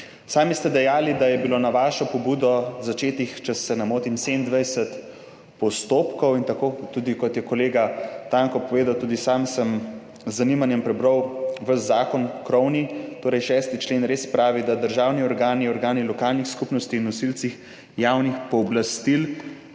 Sami ste dejali, da je bilo na vašo pobudo začetih, če se ne motim, 27 postopkov, in tako, kot je povedal kolega Tanko, sem tudi sam z zanimanjem prebral ves krovni zakon. Torej, 6. člen res pravi, da so državni organi, organi lokalnih skupnosti in nosilci javnih pooblastil